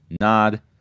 nod